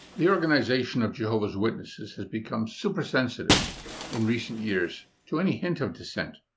the organization of jehovah's witnesses has become super sensitive in recent years to any hint of dissent.